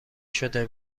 شده